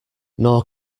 nor